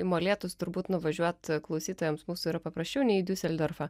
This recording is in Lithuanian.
į molėtus turbūt nuvažiuot klausytojams mūsų yra paprasčiau nei į diuseldorfą